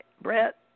Brett